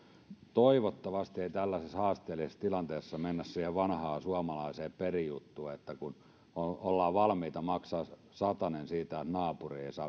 toivottavasti ei tällaisessa haasteellisessa tilanteessa mennä siihen vanhaan suomalaiseen perijuttuun että ollaan valmiita maksamaan satanen siitä että naapuri ei saa